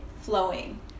flowing